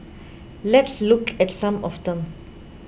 let's look at some of them